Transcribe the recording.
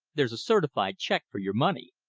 there's a certified check for your money!